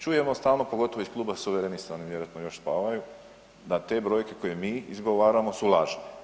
Čujemo stalno, pogotovo iz Kluba suverenista, oni vjerojatno još spavaju, da te brojke koje mi izgovaramo su lažne.